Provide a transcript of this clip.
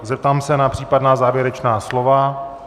Zeptám se na případná závěrečná slova.